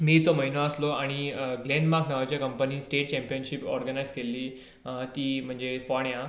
मेचो म्हयनो आसलो आनी ग्लेनमार्क नांवाच्या कंपनीन स्टेट चँपीयनशीप ऑरगनायज केल्ली ती म्हणजे फोंड्या